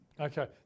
Okay